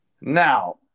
Now